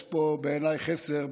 יש פה בעיניי חסר,